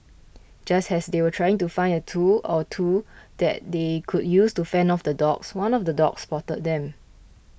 just has they were trying to find a tool or two that they could use to fend off the dogs one of the dogs spotted them